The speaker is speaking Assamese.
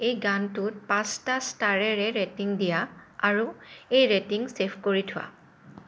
এই গানটোত পাঁচটা ষ্টাৰেৰে ৰেটিং দিয়া আৰু এই ৰেটিং ছেভ কৰি থোৱা